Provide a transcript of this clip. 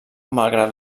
malgrat